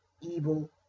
evil